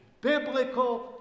biblical